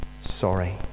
sorry